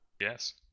Yes